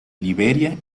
liberia